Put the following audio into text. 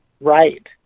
right